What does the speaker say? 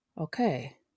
okay